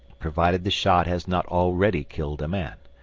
provided the shot has not already killed a man.